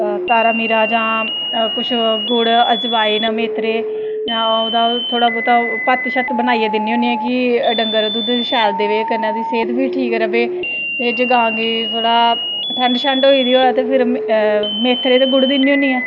तारा मीरा जां कुश गुड़ अजनवाईन मेथरी ओह्दा पत्थ शत्त बनाईयै दिन्नी होनीं आं कि डंगर दुध्द शैल रवै कन्नैं ओह्दी सेह्त ठीक रवै ते जे गां गी भला ठंड शंड होई दी होऐ ते मेथरी ते ते गुड़ दिन्नी होनीं